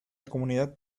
comunidad